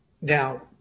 Now